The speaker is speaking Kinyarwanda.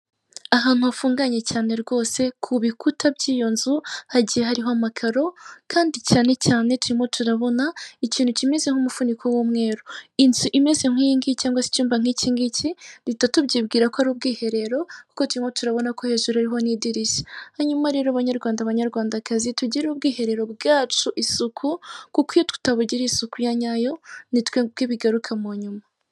Ahantu hafunganye cyane rwose ku bikuta by'iyo nzu hagiye hariho amakaro kandi cyane cyane turimo tura urabona ikintu kimeze nk'umufuniko w'umweru. Inzu imeze nk'iyi ngiyi cyangwag se icyumba nk'iki ng'iki duhita tubyibwira ko ari ubwiherero kuko turimo turabona ko hejuru hariho n'idirishya, hanyuma rero Banyarwanda Banyarwandakazi tugirire ubwiherero bwacu isuku kuko iyo tutabugira isuku ya nyayo ni twebwe bigaruka mu nyuma.